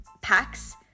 packs